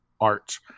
art